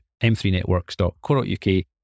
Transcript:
m3networks.co.uk